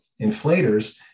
inflators